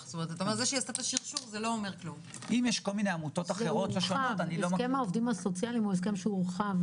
כלומר לשאלה כמה העובד השקיע,